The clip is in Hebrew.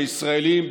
הישראלים,